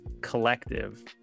collective